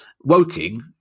Woking